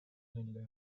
nelle